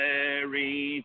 Mary